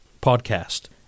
podcast